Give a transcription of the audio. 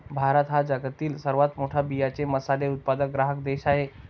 भारत हा जगातील सर्वात मोठा बियांचे मसाले उत्पादक ग्राहक देश आहे